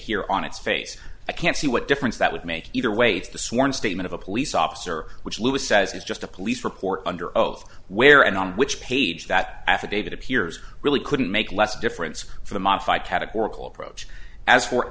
here on its face i can't see what difference that would make either way it's the sworn statement of a police officer which lewis says is just a police report under oath where and on which page that affidavit appears really couldn't make less difference for the modified categorical approach as for